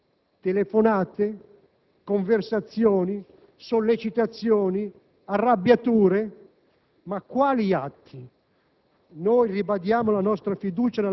ma atti che potrebbero essere rilevanti sul piano civile. Ma noi ci chiediamo: quali atti ha compiuto il vice ministro Visco?